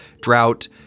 drought